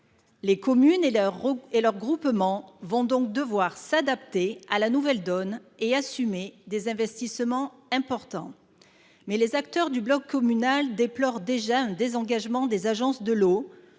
Les communes et leurs groupements devront donc s'adapter à la nouvelle donne et assumer des investissements importants. Les acteurs du bloc communal déplorent déjà un désengagement des agences de l'eau,